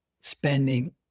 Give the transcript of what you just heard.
spending